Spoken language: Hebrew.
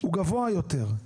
הוא גבוה יותר.